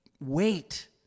Wait